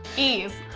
ease?